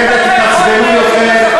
חבר'ה, תתעצבנו יותר.